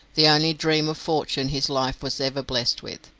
the only dream of fortune his life was ever blessed with.